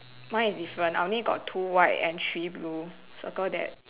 mine is different I only got two white and three blue circle that